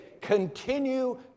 Continue